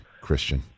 Christian